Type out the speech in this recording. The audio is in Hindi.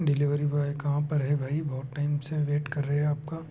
डिलीवरी बॉय कहाँ पर है भाई बहुत टाइम से वेट कर रहे हैं आपका